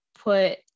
put